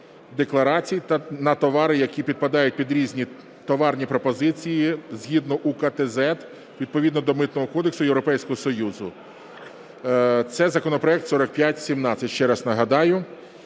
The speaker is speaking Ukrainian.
декларацій на товари, які підпадають під різні товарні під позиції, згідно з УКТЗЕД, відповідно до Митного кодексу Європейського Союзу. Це законопроект 4517, ще раз нагадаю.